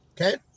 okay